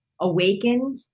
awakened